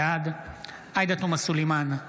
בעד עאידה תומא סלימאן,